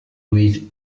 louise